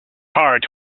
hard